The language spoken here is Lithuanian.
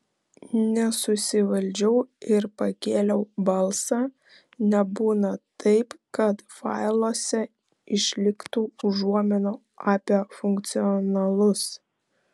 nesusivaldžiau ir pakėliau balsą nebūna taip kad failuose išliktų užuominų apie funkcionalus